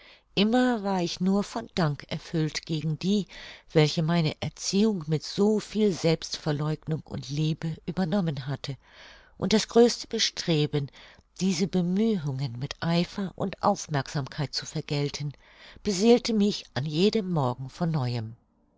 immer war ich nur von dank erfüllt gegen die welche meine erziehung mit so viel selbstverleugnung und liebe übernommen hatte und das größte bestreben diese bemühungen mit eifer und aufmerksamkeit zu vergelten beseelte mich an jedem morgen von neuem